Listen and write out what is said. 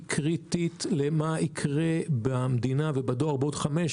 קריטית למה שיקרה במדינה ובדור בעוד חמש,